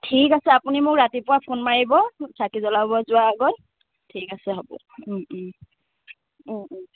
ঠিক আছে আপুনি মোক ৰাতিপুৱা ফোন মাৰিব চাকি জ্বলাব যোৱাৰ আগত ঠিক আছে হ'ব